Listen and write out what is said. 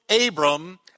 Abram